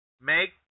make –